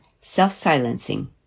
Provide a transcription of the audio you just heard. self-silencing